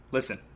Listen